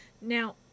now